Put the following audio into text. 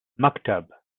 maktub